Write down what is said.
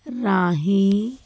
ਰਾਹੀਂ